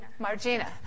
Margina